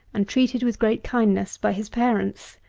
and treated with great kindness by his parents,